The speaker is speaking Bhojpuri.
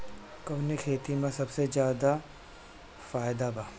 कवने खेती में सबसे ज्यादा फायदा बा?